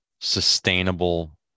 sustainable